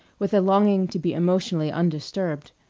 with a longing to be emotionally undisturbed.